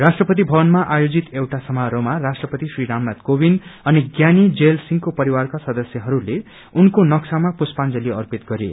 राष्ट्रपति भवनमा आयोजित एउटा सादा समारोहमा राष्ट्रपति श्री रामनाय कोविन्द अनि ज्ञानी जैल सिंहको परिवारका सदस्यहरूले उनको नक्शमा पुष्पांजली अर्पित गरे